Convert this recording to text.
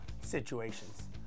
situations